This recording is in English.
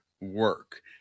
work